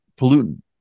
pollutant